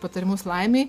patarimus laimei